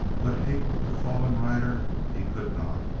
but hate the fallen rider he could not.